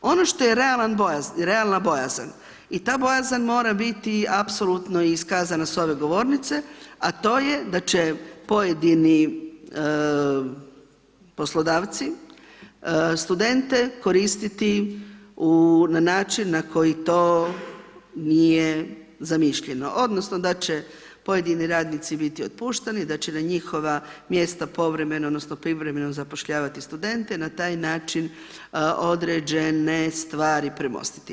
Ono što je realna bojazan i ta bojazan mora biti apsolutno iskazana s ove govornice a to je da će pojedini poslodavci studente koristiti na način na koji to nije zamišljeno, odnosno da će pojedini radnici biti otpušteni, da će na njihova mjesta povremeno, odnosno privremeno zapošljavati studente i na taj način određene stvari premostiti.